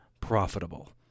profitable